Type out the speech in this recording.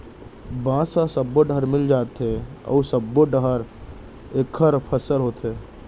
बांस ह सब्बो डहर मिल जाथे अउ सब्बो डहर एखर फसल होथे